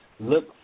Look